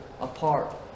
apart